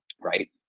Right